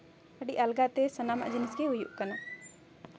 ᱟᱹᱰᱤ ᱟᱞᱜᱟᱛᱮ ᱥᱟᱱᱟᱢᱟᱜ ᱡᱤᱱᱤᱥ ᱜᱮ ᱦᱩᱭᱩᱜ ᱠᱟᱱᱟ